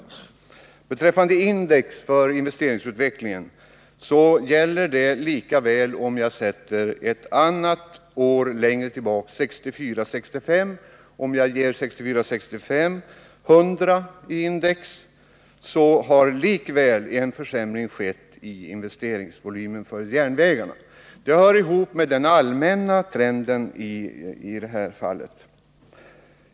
Jag vill beträffande frågan om indexutvecklingen för investeringsverksamheten säga att bilden blir densamma, även om basåret förläggs längre tillbaka. Också med 1964/65 som basår, med indextalet 100, visar det sig att investeringsvolymen för järnvägarna har försämrats, och det hänger samman med den allmänna trenden på investeringsområdet.